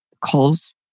calls